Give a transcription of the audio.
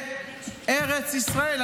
פלסטיני לארץ ישראל.